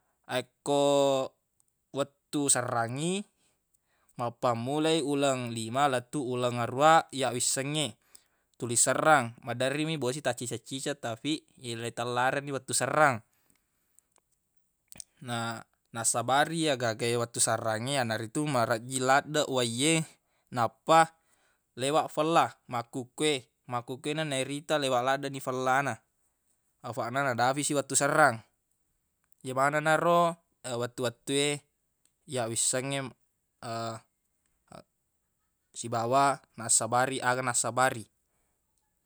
Akko wettu serrangngi mappamulai uleng lima lettuq uleng aruwa ya wissengnge tuli serrang maderri mi bosi tacciceng-ciceng tafi leitellarenni wettu serrang na- nasabari ye agaga e wettu serrangngi yanaritu marejjing laddeq wai e nappa lewaq fella makkukue makkukuena nairita lewaq laddeq fella na afaq na nadafisi wettu serrang ye manenna ro wettu-wettu e ya wissengnge sibawa nassabari aga nassabari